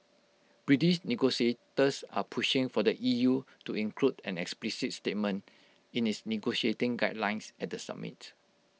British negotiators are pushing for the EU to include an explicit statement in its negotiating guidelines at the summit